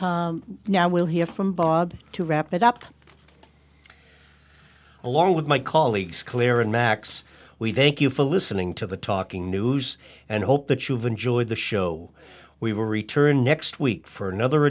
we'll hear from bob to wrap it up along with my colleagues claire and max we thank you for listening to the talking news and hope that you've enjoyed the show we will return next week for another